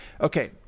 okay